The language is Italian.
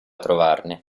trovarne